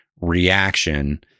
reaction